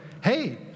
hey